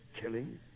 Killing